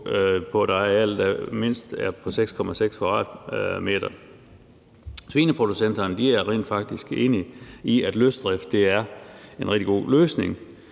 på et areal, der mindst er på 6,6 m². Svineproducenterne er rent faktisk enige i, at løsdrift er en rigtig god løsning,